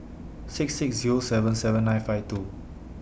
six six Zero seven seven nine five two